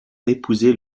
épouser